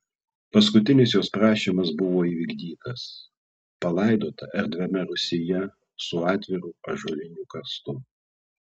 paskutinis jos prašymas buvo įvykdytas palaidota erdviame rūsyje su atviru ąžuoliniu karstu